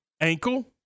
ankle